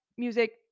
music